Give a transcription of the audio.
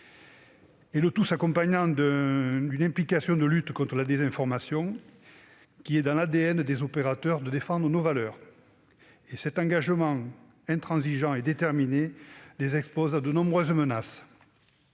Et le tout s'accompagne d'une implication dans la lutte contre la désinformation. Il est dans l'ADN de nos opérateurs de défendre nos valeurs. Cet engagement intransigeant et déterminé les expose à de nombreuses menaces.